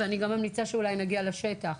ואני ממליצה שנגיע לשטח.